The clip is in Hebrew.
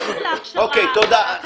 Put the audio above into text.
מעבר להכשרה האקדמית.